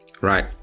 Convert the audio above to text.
right